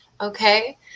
Okay